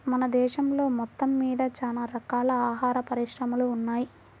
మన దేశం మొత్తమ్మీద చానా రకాల ఆహార పరిశ్రమలు ఉన్నయ్